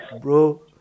bro